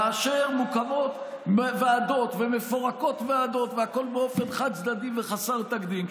כאשר מוקמות ועדות ומפורקות ועדות והכול באופן חד-צדדי וחסר תקדים,